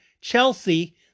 Chelsea